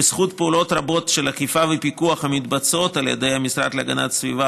בזכות פעולות רבות של אכיפה ופיקוח המתבצעות על ידי המשרד להגנת הסביבה,